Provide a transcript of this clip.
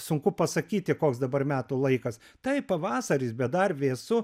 sunku pasakyti koks dabar metų laikas tai pavasaris bet dar vėsu